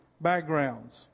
backgrounds